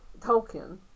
Tolkien